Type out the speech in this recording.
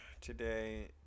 today